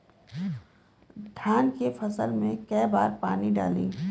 धान के फसल मे कई बारी पानी डाली?